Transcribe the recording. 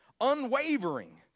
unwavering